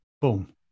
Boom